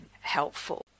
helpful